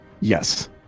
Yes